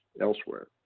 elsewhere